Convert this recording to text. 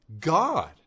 God